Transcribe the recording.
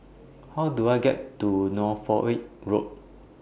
How Do I get to Norfolk Road